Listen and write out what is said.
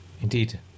Indeed